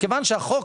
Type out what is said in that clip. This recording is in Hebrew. מכיוון שהחוק